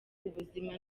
ubuzima